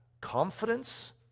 confidence